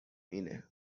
اینه